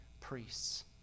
priests